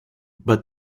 but